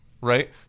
Right